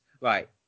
right